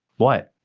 what?